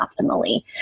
optimally